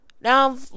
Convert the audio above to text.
now